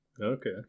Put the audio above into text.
okay